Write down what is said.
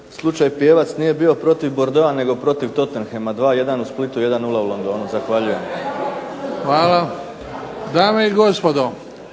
slučaj "pjevac" nije bio protiv Bordeausa nego protiv Tottenhama 2:1 u Splitu, 1:0 u Londonu. Zahvaljujem. **Bebić,